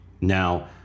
Now